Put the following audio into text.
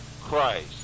Christ